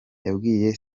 yabwiye